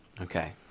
Okay